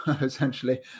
essentially